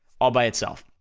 all by itself.